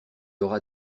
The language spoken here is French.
aura